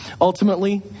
Ultimately